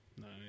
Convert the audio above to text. Nice